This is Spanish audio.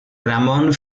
ramón